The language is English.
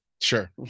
sure